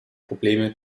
probleme